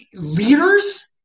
Leaders